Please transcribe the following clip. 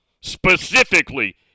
specifically